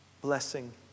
Blessing